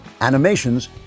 Animations